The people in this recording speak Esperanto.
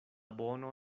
bono